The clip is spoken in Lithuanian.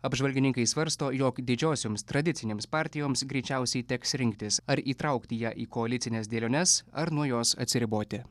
apžvalgininkai svarsto jog didžiosioms tradicinėms partijoms greičiausiai teks rinktis ar įtraukti ją į koalicines dėliones ar nuo jos atsiriboti